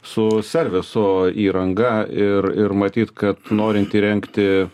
su serviso įranga ir ir matyt kad norint įrengti